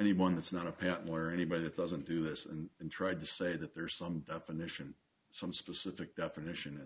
anyone that's not a patent lawyer anybody that doesn't do this and tried to say that there's some definition some specific definition in